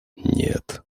нет